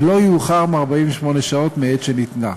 ולא יאוחר מ-48 שעות מעת שניתנה.